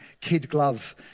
kid-glove